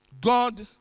God